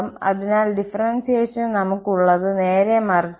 അതിനാൽ ഡിഫറെൻസിയേഷൻ നമുക്ക് ഉള്ളത് നേരെ മറിച്ചാണ്